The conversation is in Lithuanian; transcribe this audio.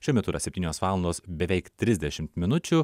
šiuo metu yra septynios valandos beveik trisdešimt minučių